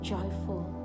Joyful